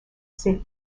ses